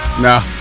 No